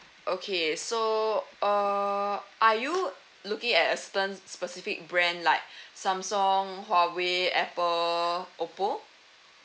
okay so err are you looking at a certain specific brand like Samsung Huawei Apple Oppo